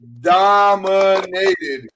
dominated